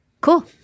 cool